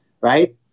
right